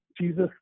Jesus